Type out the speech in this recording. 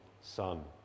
son